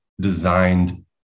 designed